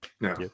No